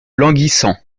languissant